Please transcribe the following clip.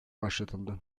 başlatıldı